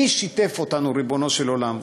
מי שיתף אותנו, ריבונו של עולם?